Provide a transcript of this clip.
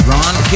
Ron